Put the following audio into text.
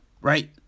Right